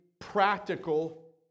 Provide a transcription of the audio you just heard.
practical